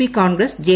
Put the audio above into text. P Congress J